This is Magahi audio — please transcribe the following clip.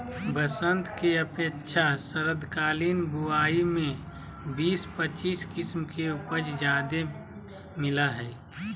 बसंत के अपेक्षा शरदकालीन बुवाई में बीस पच्चीस किस्म के उपज ज्यादे मिलय हइ